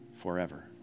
forever